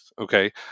okay